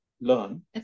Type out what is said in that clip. learn